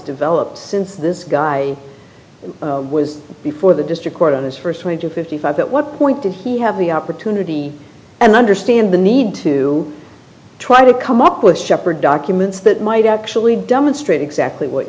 developed since this guy was before the district court on his first one hundred fifty five at what point to who have the opportunity and understand the need to try to come up with shepherd documents that might actually demonstrate exactly what